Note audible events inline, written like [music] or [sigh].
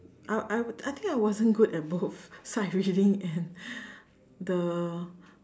I I I think I wasn't good at both [laughs] sight reading and the